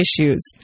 issues